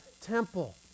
temple